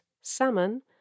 salmon